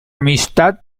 amistad